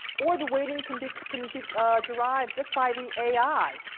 or the weighting can be, can be derived just by the ai.